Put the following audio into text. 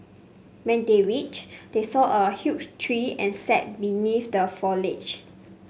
when they reached they saw a huge tree and sat beneath the foliage